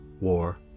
war